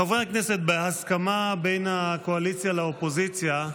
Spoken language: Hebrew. חברי הכנסת, בהסכמה בין הקואליציה לאופוזיציה,